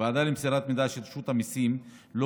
לוועדה למסירת מידע של רשות המיסים לא